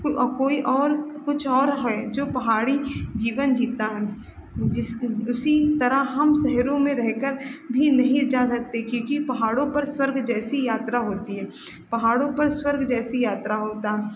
और कोई और कुछ और है जो पहाड़ी जीवन जीता है जिस उसी तरह हम शहरों में रहकर भी नहीं जा सकते क्योंकि पहाड़ों पर स्वर्ग जैसी यात्रा होती है पहाड़ों पर स्वर्ग जैसी यात्रा होती